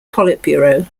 politburo